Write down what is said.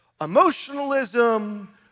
emotionalism